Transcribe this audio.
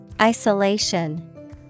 Isolation